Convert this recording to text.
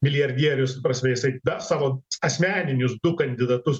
milijardierius ta prasme jisai dar savo asmeninius du kandidatus